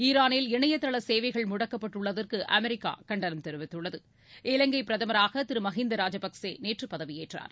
ஈரானில் இணையதள சேவைகள் முடக்கப்பட்டுள்ளதற்கு அமெரிக்கா கண்டனம் தெரிவித்துள்ளது இலங்கை பிரதமராக திரு மஹிந்தா ராஜபக்ஷே நேற்று பதவியேற்றார்